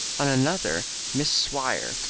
on another, miss swire,